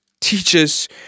teaches